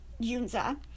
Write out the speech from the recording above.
Yunza